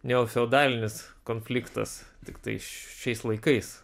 neofeodalinis konfliktas tiktai šiais laikais